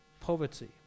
Poverty